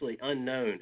unknown